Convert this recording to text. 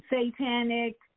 Satanic